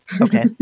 okay